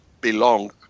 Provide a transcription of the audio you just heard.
belong